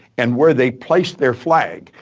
and where they placed their flag.